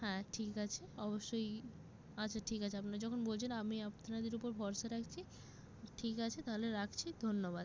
হ্যাঁ ঠিক আছে অবশ্যই আচ্ছা ঠিক আছে আপনারা যখন বলছেন আমি আপনাদের ওপর ভরসা রাখছি ঠিক আছে তাহলে রাখছি ধন্যবাদ